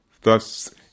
Thus